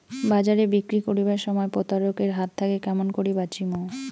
বাজারে বিক্রি করিবার সময় প্রতারক এর হাত থাকি কেমন করি বাঁচিমু?